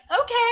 okay